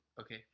Okay